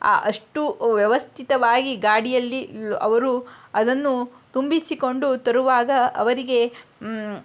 ಅಷ್ಟು ವ್ಯವಸ್ಥಿತವಾಗಿ ಗಾಡಿಯಲ್ಲಿ ಲೊ ಅವರು ಅದನ್ನು ತುಂಬಿಸಿಕೊಂಡು ತರುವಾಗ ಅವರಿಗೆ